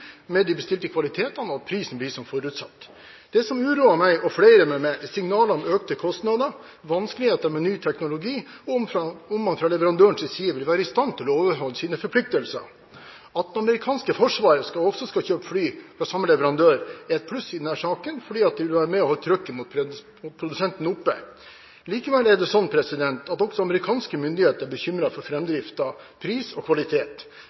med de bestilte kvalitetene, og at prisen blir som forutsatt. Det som uroer meg, og flere med meg, er signaler om økte kostnader, vanskeligheter med ny teknologi, og om man fra leverandørens side vil være i stand til å overholde sine forpliktelser. At det amerikanske forsvaret også skal kjøpe fly fra samme leverandør, er et pluss i denne saken, fordi det vil være med og holde trykket mot produsenten oppe. Likevel er det slik at også amerikanske myndigheter er bekymret for framdriften, pris og kvalitet.